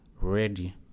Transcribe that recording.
ready